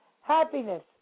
Happiness